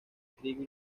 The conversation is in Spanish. trigo